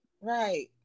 Right